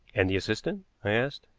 and the assistant? i asked.